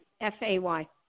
F-A-Y